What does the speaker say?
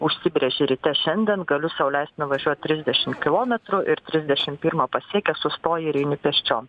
užsibrėži ryte šiandien galiu sau leist nuvažiuot trisdešim kilometrų ir trisdešim pirmą pasiekęs sustoji ir eini pėsčiom